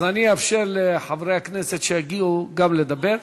אז אני אאפשר לחברי הכנסת שיגיעו גם כן לדבר.